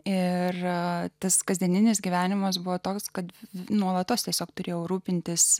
ir tas kasdieninis gyvenimas buvo toks kad nuolatos tiesiog turėjau rūpintis